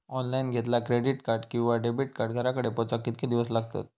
Online घेतला credit card किंवा debit card घराकडे पोचाक कितके दिस लागतत?